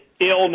illness